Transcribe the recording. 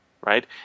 right